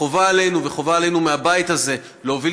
חובה עלינו וחובה עלינו מהבית הזה להוביל